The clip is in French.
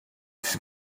fut